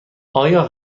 آیای